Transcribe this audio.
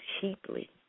cheaply